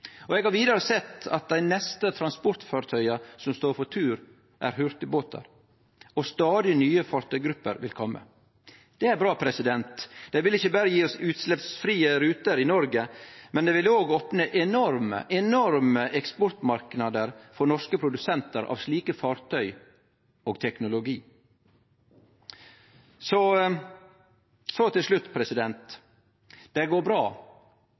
Eg har vidare sett at dei neste transportfartøya som står for tur, er hurtigbåtar, og stadig nye fartøygrupper vil kome. Det er bra. Det vil ikkje berre gje oss utsleppsfrie ruter i Noreg, men det vil òg opne enorme eksportmarknader for norske produsentar av slike fartøy og slik teknologi. Så til slutt: Det går bra,